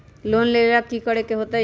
Loan लेवेला की करेके होतई?